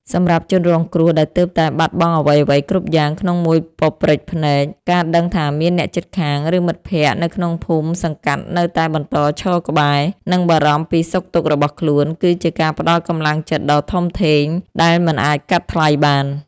សម្រាប់ជនរងគ្រោះដែលទើបតែបាត់បង់អ្វីៗគ្រប់យ៉ាងក្នុងមួយប៉ព្រិចភ្នែក ការដឹងថាមានអ្នកជិតខាង ឬមិត្តភក្តិនៅក្នុងភូមិសង្កាត់នៅតែបន្តឈរក្បែរ និងបារម្ភពីសុខទុក្ខរបស់ខ្លួន គឺជាការផ្ដល់កម្លាំងចិត្តដ៏ធំធេងដែលមិនអាចកាត់ថ្លៃបាន។